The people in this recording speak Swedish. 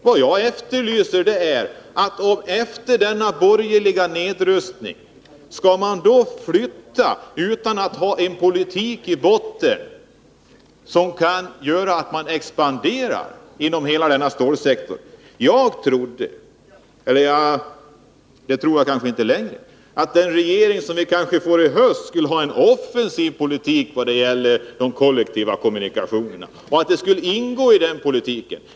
Vad jag efterlyser är: Skall man efter denna borgerliga nedrustning flytta verk utan att ha en politik i botten som kan leda till en expansion inom stålsektorn? Jag trodde — men det tror jag inte längre — att den regering som vi får i höst kanske skulle föra en offensiv politik vad gäller de kollektiva kommunikationerna, att det skulle ingå i dess politik.